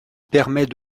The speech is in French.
permet